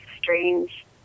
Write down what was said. strange